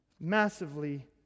Massively